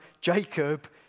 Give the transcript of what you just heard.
Jacob